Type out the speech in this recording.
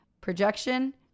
Projection